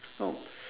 no